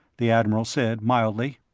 the admiral said mildly.